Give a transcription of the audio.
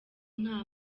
nta